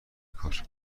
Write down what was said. کار